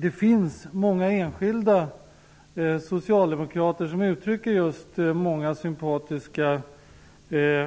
Det finns många enskilda socialdemokrater som ger uttryck för sympatisk